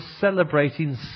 celebrating